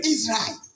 Israel